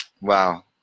wow